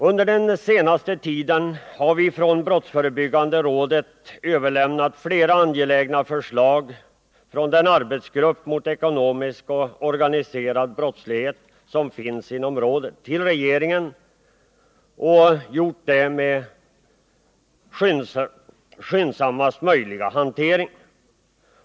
Under den senaste tiden har brottsförebyggande rådet genom den arbetsgrupp mot ekonomisk och organiserad brottslighet som finns inom rådet överlämnat flera angelägna förslag till regeringen och bett om skyndsammaste möjliga hantering.